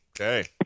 Okay